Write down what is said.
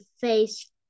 face